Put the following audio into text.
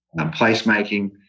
placemaking